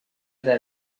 that